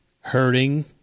hurting